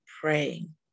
praying